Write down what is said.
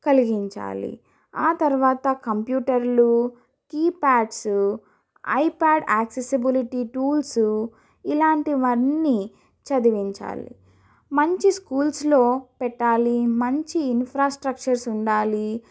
కలిగించాలి ఆ తరువాత కంప్యూటర్లు keypads iPad accessibility tools ఇలాంటివి అన్నీ చదివించాలి మంచి స్కూల్స్లో పెట్టాలి మంచి ఇన్ఫ్రాస్ట్రక్చర్స్ ఉండాలి